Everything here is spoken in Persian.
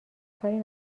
کاری